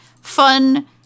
fun